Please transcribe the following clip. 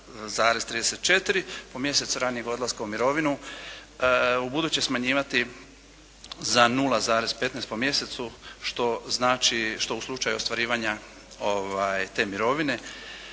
0,34 po mjesec ranijeg odlaska u mirovinu ubuduće smanjivati za 0,15 po mjesecu što znači, što u slučaju ostvarivanja te mirovine